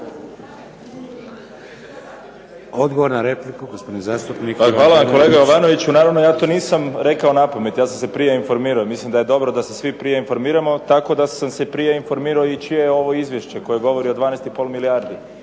**Bernardić, Davor (SDP)** Pa kolega Jovanoviću naravno ja to nisam rekao napamet, ja sam se prije informirao. Mislim da je dobro da se svi prije informiramo tako da sam se prije informirao i čije je ovo izvješće koje govori o 12 i pol milijardi.